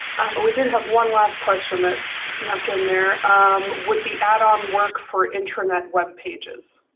but we did have one last question that snuck in there. um would the add on work for intranet webpages?